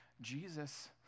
Jesus